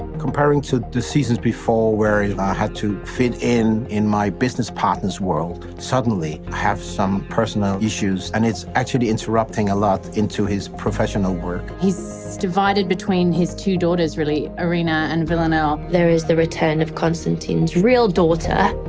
comparing to the seasons before, where i ah had to fit in in my business partner's world, suddenly i have some personal issues and it's actually interrupting a lot into his professional work. he's divided between his two daughters, really, irina and villanelle. there is the return of konstantin's real daughter.